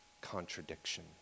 contradiction